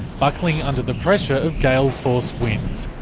buckling under the pressure of gale force winds.